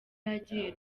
yagiye